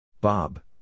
Bob